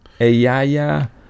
Ayaya